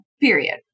period